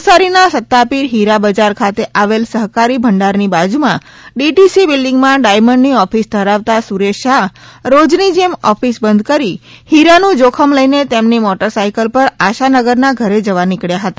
નવસારીના સત્તાપીર ફીરા બજાર ખાતે આવેલ સહકારી ભંડારની બાજુમાં ડીટીસી બિલ્ડીગમાં ડાયમંડની ઓફિસ ધરાવ તા સુરેશ શાહ રોજની જેમ ઓફિસ બંધ કરી હીરાનું જોખમ લઇને તેમની મોટરસાયકલ પર આશાનગરના ઘરે જવા નીકબ્યા હતા